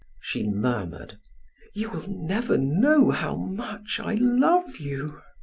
she murmured you will never know how much i love you.